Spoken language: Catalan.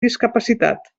discapacitat